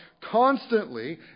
constantly